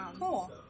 Cool